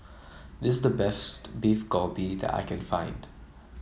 this is the Beef Galbi that I can find